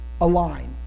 align